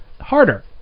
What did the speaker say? harder